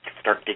start